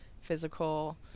physical